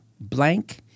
blank